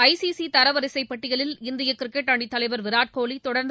ஐ C C தரவரிசைப் பட்டியலில் இந்திய கிரிக்கெட் அணித் தலைவர் விராட்கோலி தொடர்ந்து